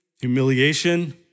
humiliation